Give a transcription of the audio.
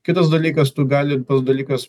kitas dalykas tu gali tas dalykas